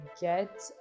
get